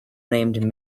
named